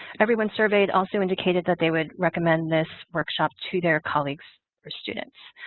everyone surveyed also indicated that they would recommend this workshop to their colleagues or students.